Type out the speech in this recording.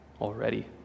already